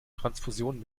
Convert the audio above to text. transfusionen